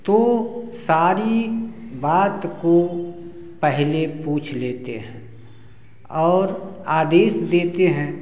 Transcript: तो सारी बात को पहले पूछ लेते हैं और आदेश देते हैं